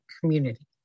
community